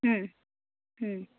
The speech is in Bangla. হুম হুম